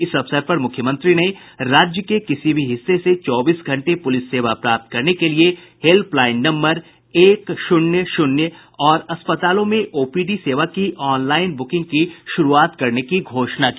इस अवसर पर मुख्यमंत्री ने राज्य के किसी भी हिस्से से चौबीसों घंटे पुलिस सेवा प्राप्त करने के लिये हेल्पलाईन नम्बर एक शून्य शून्य और अस्पतालों में ओपीडी सेवा की ऑनलाईन ब्रकिंग की शुरूआत करने की घोषणा की